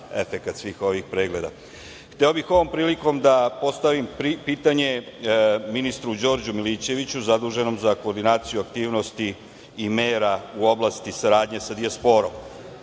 efekat svih ovih pregleda. Hteo bih ovom prilikom da postavim pitanje ministru Đorđu Milićeviću, zaduženom za koordinaciju aktivnosti i mera u oblasti saradnje sa dijasporom.